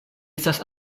estas